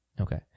Okay